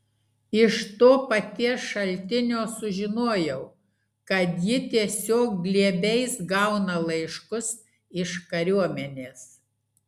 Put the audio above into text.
iš to paties šaltinio sužinojau kad ji tiesiog glėbiais gauna laiškus iš kariuomenės